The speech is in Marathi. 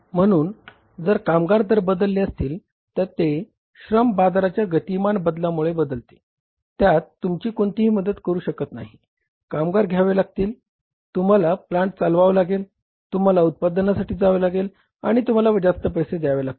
म्हणून जर कामगार दर बदलत असतील तर ते श्रम बाजाराच्या गतिमान बदलांमुळे बदलते त्यात तुमची कोणीही मदत करू शकत नाही कामगारांना घ्यावे लागेल तुम्हाला प्लांट चालवावा लागेल तुम्हाला उत्पादनासाठी जावे लागेल आणि तुम्हाला जास्त पैसे द्यावे लागतील